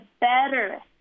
better